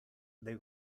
dei